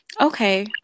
Okay